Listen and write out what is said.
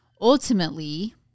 ultimately